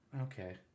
Okay